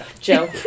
Joe